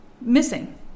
missing